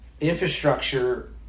infrastructure